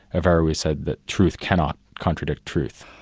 averroes said that truth cannot contradict truth.